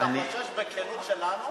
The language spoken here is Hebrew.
בכנות שלנו?